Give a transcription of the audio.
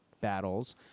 battles